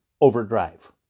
overdrive